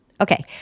Okay